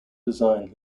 design